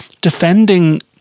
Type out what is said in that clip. defending